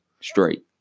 straight